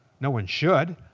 no one should.